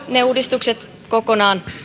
ne uudistukset jäivät ikään kuin